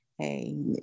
Hey